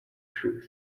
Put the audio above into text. truth